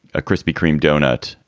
a krispy kreme doughnut,